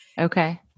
Okay